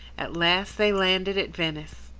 at last they landed at venice.